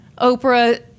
Oprah